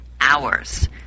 hours